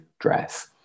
dress